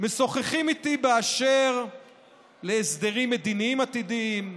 משוחחים איתי באשר להסדרים מדיניים עתידיים,